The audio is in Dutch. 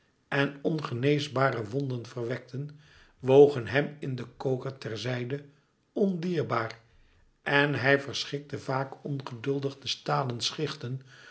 en ongeneesbare wonden verwekten wogen hem in den koker ter zijde ondierbaar en hij verschikte vaak ongeduldig de stalen schichten